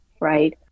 right